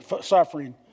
suffering